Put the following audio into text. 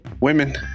Women